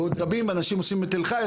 ועוד רבים אנשים עושים את תל חי.